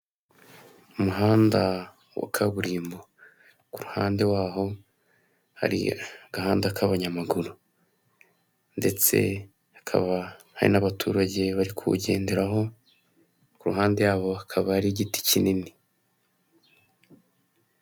Umuhanda wa kaburimbo ku ruhande waho hari agahanda k'abanyamaguru ndetse hakaba hari n'abaturage bari kuwugenderaho ku ruhande yabo hakaba hari igiti kinini.